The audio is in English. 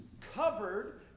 covered